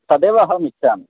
तदेव अहम् इच्छामि